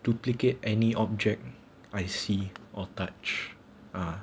duplicate any object I see or touch ah